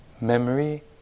Memory